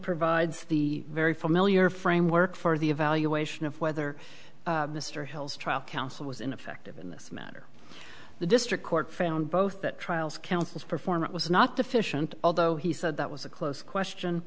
provides the very familiar framework for the evaluation of whether mr hill's trial counsel was ineffective in this matter the district court found both that trials counsel's performance was not deficient although he said that was a close question